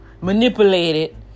Manipulated